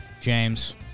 James